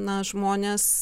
na žmonės